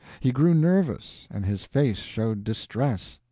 he grew nervous and his face showed distress.